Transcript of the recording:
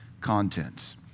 contents